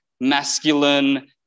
masculine